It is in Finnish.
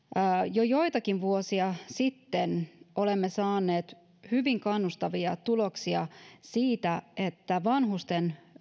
jo joitakin vuosia sitten olemme saaneet hyvin kannustavia tuloksia siitä että vanhusten